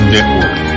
Network